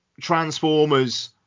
Transformers